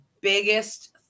biggest